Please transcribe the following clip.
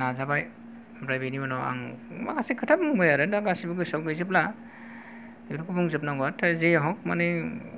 नाजाबाय ओमफ्राय बिनि उनाव आं माखासे खोथा बुंबाय आरो दा गासिबो गोसोआव गैजोबला बेफोरखौ बुंजोबनांगौआ जे हख मानि